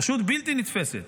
פשוט בלתי נתפסת.